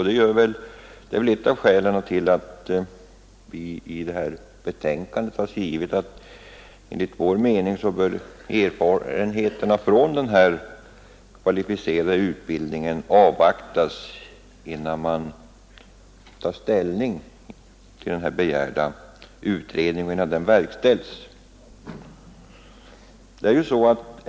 Det är ett av skälen till att vi i detta betänkande skrivit att enligt vår mening bör erfarenheterna från denna kvalificerade utbildning avvaktas innan den nu begärda utredningen verkställs.